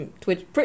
Twitch